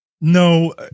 No